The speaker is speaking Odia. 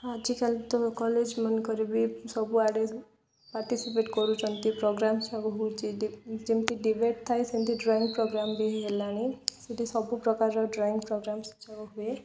ଆଜିକାଲି ତ କଲେଜ ମାନଙ୍କରେ ବି ସବୁଆଡ଼େ ପାର୍ଟିସିପେଟ କରୁଛନ୍ତି ପ୍ରୋଗ୍ରମ୍ ସବୁ ହଉଛି ଯେମିତି ଡିବେଟ୍ ଥାଏ ସେମିତି ଡ୍ରଇଂ ପ୍ରୋଗ୍ରାମ ବି ହେଲାଣି ସେଠି ସବୁ ପ୍ରକାରର ଡ୍ରଇଂ ପ୍ରୋଗ୍ରାମ୍ ଯାକ ହୁଏ